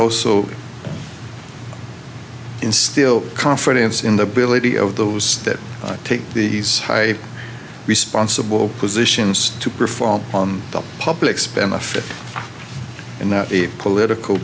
also instill confidence in the ability of those that take the high responsible positions to perform on the public's benefit and not a political